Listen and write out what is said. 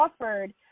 offered